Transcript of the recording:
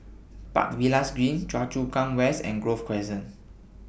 Park Villas Green Choa Chu Kang West and Grove Crescent